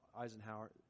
Eisenhower